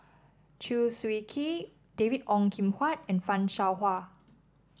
Chew Swee Kee David Ong Kim Huat and Fan Shao Hua